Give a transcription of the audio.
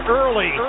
early